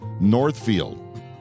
Northfield